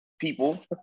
people